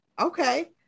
okay